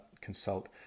consult